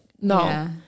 no